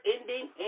ending